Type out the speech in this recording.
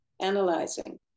analyzing